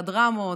והדרמות,